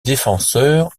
défenseur